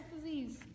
disease